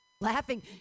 Laughing